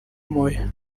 moya